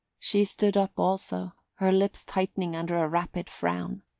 she stood up also, her lips tightening under a rapid frown.